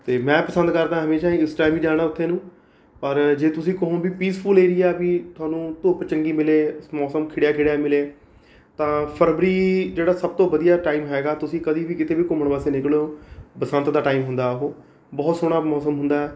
ਅਤੇ ਮੈਂ ਪਸੰਦ ਕਰਦਾ ਹਮੇਸ਼ਾ ਹੀ ਇਸ ਟਾਇਮ ਜਾਣਾ ਉੱਥੇ ਨੂੰ ਪਰ ਜੇ ਤੁਸੀਂ ਕਹੋ ਵੀ ਪੀਸਫੁੱਲ ਏਰੀਆ ਵੀ ਤੁਹਾਨੂੰ ਧੁੱਪ ਚੰਗੀ ਮਿਲੇ ਮੌਸਮ ਖਿੜਿਆ ਖਿੜਿਆ ਮਿਲੇ ਤਾਂ ਫਰਵਰੀ ਜਿਹੜਾ ਸਭ ਤੋਂ ਵਧੀਆ ਟਾਈਮ ਹੈਗਾ ਤੁਸੀਂ ਕਦੀ ਵੀ ਕਿਤੇ ਵੀ ਘੁੰਮਣ ਵਾਸਤੇ ਨਿਕਲੋ ਬਸੰਤ ਦਾ ਟਾਇਮ ਹੁੰਦਾ ਉਹ ਬਹੁਤ ਸੋਹਣਾ ਮੌਸਮ ਹੁੰਦਾ